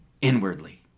inwardly